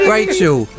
Rachel